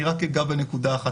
אני רק אגע בנקודה אחת.